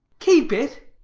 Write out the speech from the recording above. keep it!